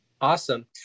Awesome